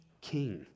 king